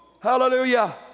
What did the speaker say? Hallelujah